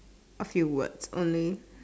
A few words only